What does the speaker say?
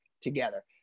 together